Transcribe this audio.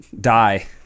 die